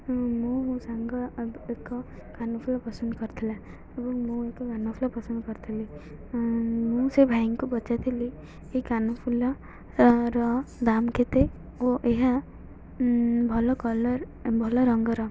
ମୁଁ ମୋ ସାଙ୍ଗ ଏକ କାନଫୁଲ ପସନ୍ଦ କରିଥିଲା ଏବଂ ମୁଁ ଏକ କାନଫୁଲ ପସନ୍ଦ କରିଥିଲି ମୁଁ ସେ ଭାଇଙ୍କୁ ପଚାରି ଥିଲି ଏ କାନଫୁଲର ଦାମ କେତେ ଓ ଏହା ଭଲ କଲର୍ ଭଲ ରଙ୍ଗର